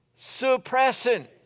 suppressing